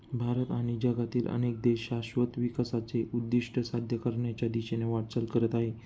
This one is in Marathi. भारत आणि जगातील अनेक देश शाश्वत विकासाचे उद्दिष्ट साध्य करण्याच्या दिशेने वाटचाल करत आहेत